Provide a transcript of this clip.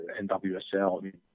NWSL